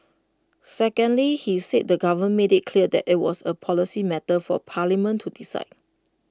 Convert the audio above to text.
secondly he said the government made IT clear that IT was A policy matter for parliament to decide